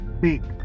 big